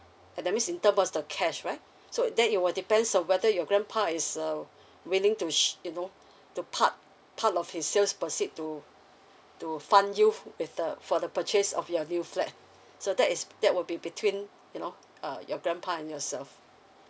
uh that means in terms of the cash right so then it will depends on whether your grandpa is uh willing to sh~ you know to part part of his sales proceed to to fund you with the for the purchase of your new flat so that is that would be between you know uh your grandpa and yourself